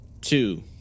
Two